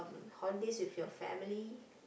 holidays with your family